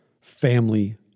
family